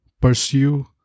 pursue